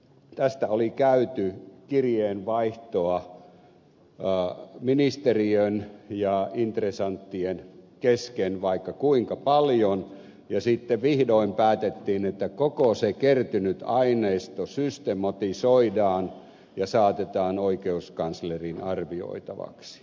tästä oli käyty kirjeenvaihtoa ministeriön ja intresanttien kesken vaikka kuinka paljon ja sitten vihdoin päätettiin että koko se kertynyt aineisto systematisoidaan ja saatetaan oikeuskanslerin arvioitavaksi